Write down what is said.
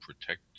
protect